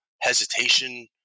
hesitation